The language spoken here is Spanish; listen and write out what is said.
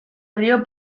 río